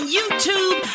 YouTube